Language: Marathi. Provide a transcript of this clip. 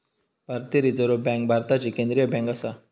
भारतीय रिझर्व्ह बँक भारताची केंद्रीय बँक आसा